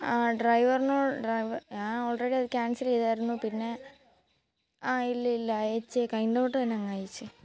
ആ ഡ്രൈവറിന് ഡ്രൈവ് ഞാന് ഓള്റെഡി അത് ക്യാന്സല് ചെയ്തായിരുന്നു പിന്നെ ഇല്ല ഇല്ല അയച്ചേക്ക് ഇങ്ങോട്ട് തന്നെ അങ്ങ് അയച്ചേ